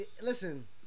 listen